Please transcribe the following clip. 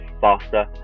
faster